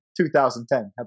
2010